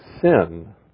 sin